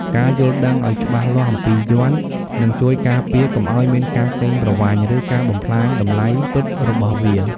ការយល់ដឹងឱ្យបានច្បាស់លាស់អំពីយ័ន្ត នឹងជួយការពារកុំឱ្យមានការកេងប្រវ័ញ្ច ឬការបំផ្លាញតម្លៃពិតរបស់វា។